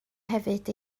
hefyd